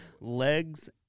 legs